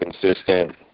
consistent